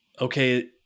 okay